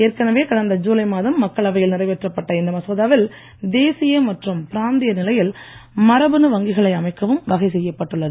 ஏற்கனவே கடந்த ஜுலை மாதம் மக்களவயில் நிறைவேற்றப்பட்ட இந்த மசோதாவில் தேசிய மற்றும் பிராந்திய நிலையில் மரபணு வங்கிகளை அமைக்கவும் வகை செய்யப்பட்டுள்ளது